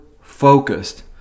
focused